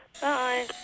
bye